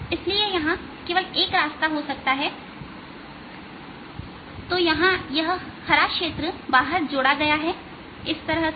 इसलिए यहां केवल एक रास्ता हो सकता है इसलिए यहां यह हरा क्षेत्र बाहर जोड़ा गया हैइस तरह से